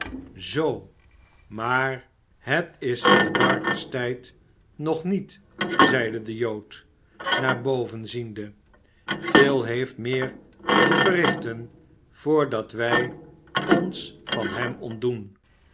zoo maar het is phil barker's tijd nog niet zeide de jood naar boven ziende phil heeft meer te verrichten vrdat wij ons van hem ontdoen